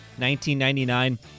1999